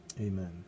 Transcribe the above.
Amen